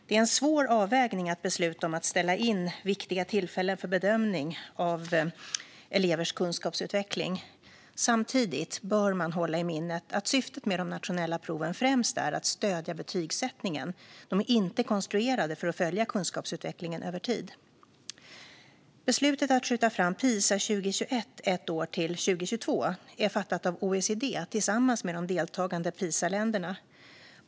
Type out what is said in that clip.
Det är en svår avvägning att besluta om att ställa in viktiga tillfällen för bedömning av elevers kunskapsutveckling. Samtidigt bör man hålla i minnet att syftet med de nationella proven främst är att stödja betygsättningen. De är inte konstruerade för att följa kunskapsutvecklingen över tid. Beslutet att skjuta fram Pisa 2021 ett år till 2022 är fattat av OECD, tillsammans med de deltagande Pisaländerna.